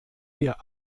wir